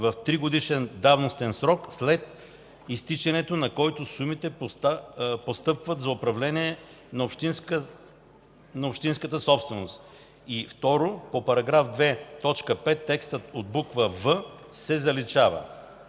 „в тригодишен давностен срок, след изтичането, на който сумите постъпват за управление на общинската собственост.” 2. По § 2, т. 5 – текстът от буква „в” се заличава.”